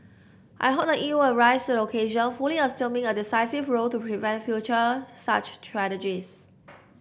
I hope the E U will rise the occasion fully assuming a decisive role to prevent future such tragedies